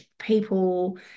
people